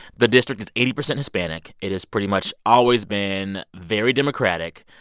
the district is eighty percent hispanic. it has pretty much always been very democratic,